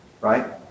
right